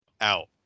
out